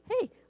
Hey